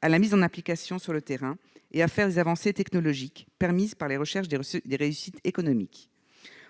à la mise en application sur le terrain et à faire des avancées technologiques permises par les chercheurs des réussites économiques.